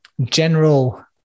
general